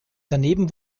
daneben